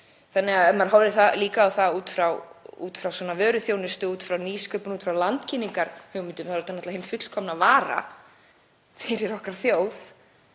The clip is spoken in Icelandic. leiðinni út. Ef maður horfir líka á það út frá vöruþjónustu, út frá nýsköpun, út frá landkynningarhugmyndum þá er þetta náttúrlega hin fullkomna vara fyrir okkar þjóð,